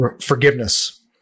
forgiveness